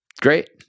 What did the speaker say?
Great